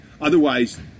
Otherwise